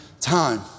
time